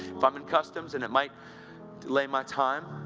if i'm in customs, and it might delay my time,